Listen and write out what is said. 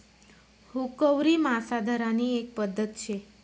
हुकवरी मासा धरानी एक पध्दत शे